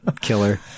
Killer